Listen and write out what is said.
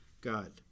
God